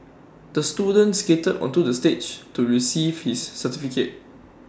the student skated onto the stage to receive his certificate